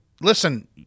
listen